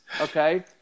Okay